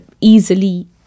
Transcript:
easily